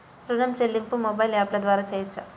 ఋణం చెల్లింపు మొబైల్ యాప్ల ద్వార చేయవచ్చా?